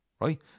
Right